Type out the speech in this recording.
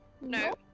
No